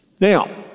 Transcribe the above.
Now